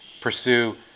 pursue